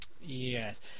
Yes